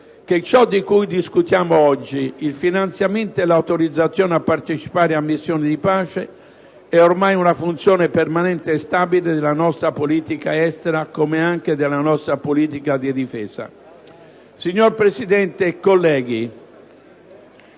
che ciò di cui discutiamo oggi - il finanziamento e l'autorizzazione a partecipare a missioni di pace - è oramai una funzione permanente e stabile della nostra politica estera, come anche della nostra politica di difesa. Signor Presidente, colleghi,